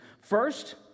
first